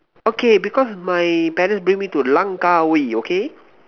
okay because my parents bring me to Langkawi okay